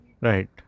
right